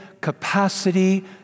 capacity